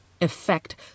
effect